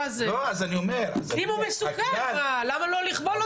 אם הוא מסוכן, למה לא לכבול אותו?